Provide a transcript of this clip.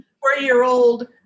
Four-year-old